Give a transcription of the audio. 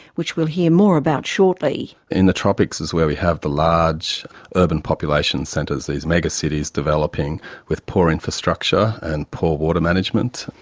which we'll hear more about shortly. in the tropics is where we have the large urban population centres, these megacities developing with poor infrastructure and poor water management,